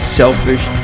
selfish